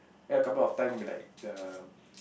and a couple of time they like the